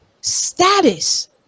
status